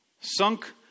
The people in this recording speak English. sunk